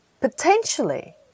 potentially